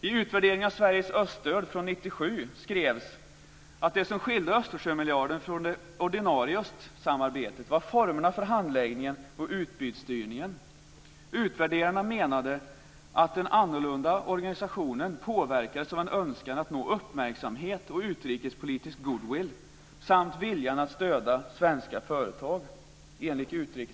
I utvärderingen av Sveriges öststöd från år 1997 skrevs att det som skiljer Östersjömiljarden från det ordinarie östsamarbetet var formerna för handläggningen och utbudsstyrningen. Utvärderarna menade att den annorlunda organisationen påverkades av en önskan att nå uppmärksamhet och utrikespolitisk goodwill samt viljan att stödja svenska företag.